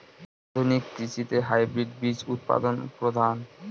আধুনিক কৃষিতে হাইব্রিড বীজ উৎপাদন প্রধান